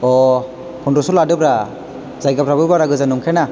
फनद्रस' लादोब्रा जायगाफ्राबो बारा गोजान नंखाया ना